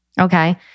okay